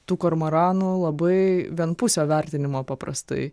tų kormoranų labai vienpusio vertinimo paprastai